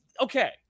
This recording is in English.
okay